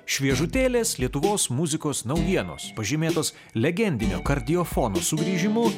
šviežutėlės lietuvos muzikos naujienos pažymėtos legendinio kardiofono sugrįžimu